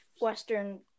Western